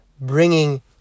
bringing